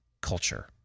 culture